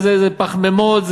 זה פחמימות,